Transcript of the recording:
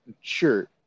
Sure